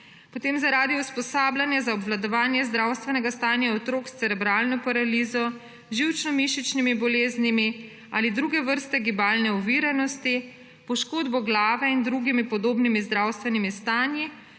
potem zaradi usposabljanja za obvladovanje zdravstvenega stanja otrok s cerebralno paralizo, živčno-mišičnimi boleznimi ali druge vrste gibalne oviranosti, poškodbo glave in drugimi podobnimi zdravstvenimi stanji